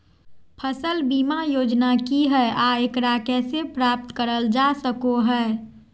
फसल बीमा योजना की हय आ एकरा कैसे प्राप्त करल जा सकों हय?